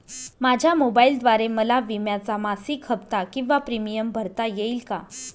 माझ्या मोबाईलद्वारे मला विम्याचा मासिक हफ्ता किंवा प्रीमियम भरता येईल का?